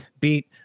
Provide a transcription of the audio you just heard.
beat